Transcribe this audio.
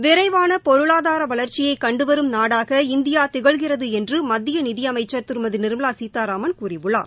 விரைவான பொருளாதார வளர்ச்சியை கண்டுவரும் நாடாக இந்தியா திகழ்கிறது என்று மத்திய நிதி அமைச்சர் திருமதி நிர்மலா சீதாராமன் கூறியுள்ளார்